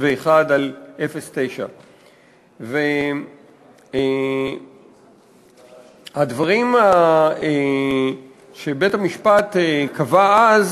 4781/09. הדברים שבית-המשפט קבע אז